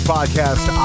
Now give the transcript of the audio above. Podcast